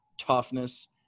toughness